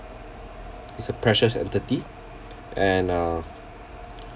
is a precious entity and uh